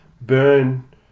burn